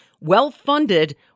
well-funded